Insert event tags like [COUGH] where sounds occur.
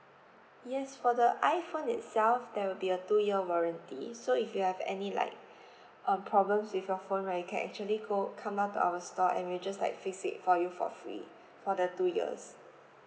yes for the iphone itself there will be a two year warranty so if you have any like [BREATH] um problems with your phone right you can actually go come up to our store and we'll just like fix it for you for free for the two years